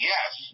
Yes